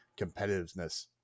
competitiveness